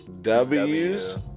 W's